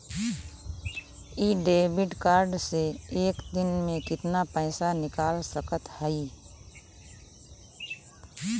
इ debit card से एक दिन मे कितना पैसा निकाल सकत हई?